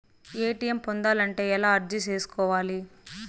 ATM పొందాలంటే ఎలా అర్జీ సేసుకోవాలి?